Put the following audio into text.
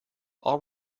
all